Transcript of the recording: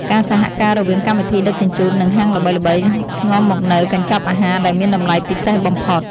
ការសហការរវាងកម្មវិធីដឹកជញ្ជូននិងហាងល្បីៗ នាំមកនូវកញ្ចប់អាហារដែលមានតម្លៃពិសេសបំផុត។